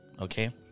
Okay